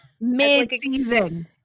Mid-season